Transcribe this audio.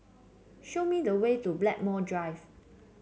show me the way to Blackmore Drive